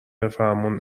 فرمون